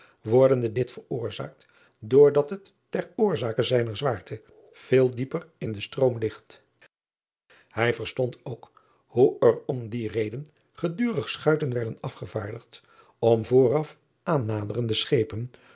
wordende dit veroorzaakt door dat het ter oorzake zijner zwaarte veel dieper in den stroom ligt ij verstond ook hoe er om die reden gedurig schuiten werden afgevaardigd om vooraf aannaderende schepen